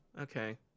Okay